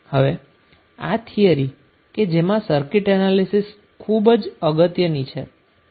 હવે આ થીયરી કે જેમાં સર્કિટ એનાલીસીસ ખુબ જ અગત્યની છે